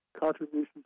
Contributions